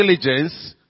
diligence